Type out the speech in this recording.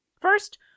First